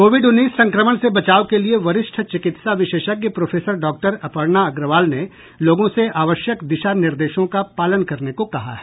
Covid उन्नीस संक्रमण से बचाव के लिए वरिष्ठ चिकित्सा विशेषज्ञ प्रोफेसर डॉक्टर अपर्णा अग्रवाल ने लोगों से आवश्यक दिशा निर्देशों का पालन करने को कहा है